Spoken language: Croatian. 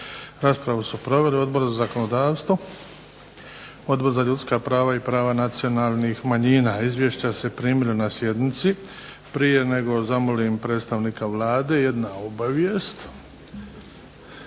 Raspravu su proveli Odbor za zakonodavstvo, Odbor za ljudska prava i prava nacionalnih manjina. Izvješća ste primili na sjednici. Prije nego zamolim predstavnika Vlade jedna obavijest.